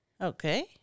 Okay